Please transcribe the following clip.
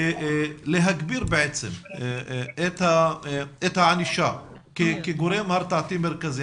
להגביר את הענישה כגורם הרתעתי מרכזי.